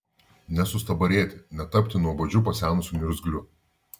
nesustabarėti netapti nuobodžiu pasenusiu niurzgliu